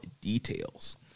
Details